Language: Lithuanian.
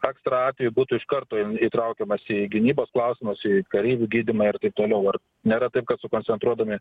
ekstra atveju būtų iš karto įtraukiamas į gynybos klausimus į kareivių gydymą ir taip toliau ar nėra taip kad sukoncentruodami